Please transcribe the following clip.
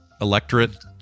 electorate